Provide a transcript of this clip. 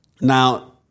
Now